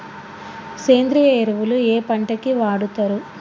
సేంద్రీయ ఎరువులు ఏ పంట కి వాడుతరు?